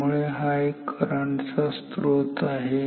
त्यामुळे हा एक करंट चा स्त्रोत आहे